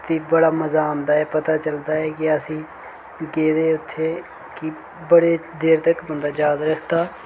ते बड़ा मजा आंदा ऐ पता चलदा ऐ के असें गेदे हे उत्थै कि बड़े देर तक बंदा याद रखदा